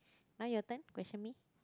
now your turn question me